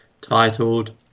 titled